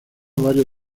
varios